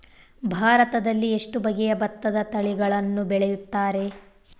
ಭಾರತದಲ್ಲಿ ಎಷ್ಟು ಬಗೆಯ ಭತ್ತದ ತಳಿಗಳನ್ನು ಬೆಳೆಯುತ್ತಾರೆ?